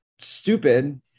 Stupid